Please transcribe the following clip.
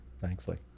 Thankfully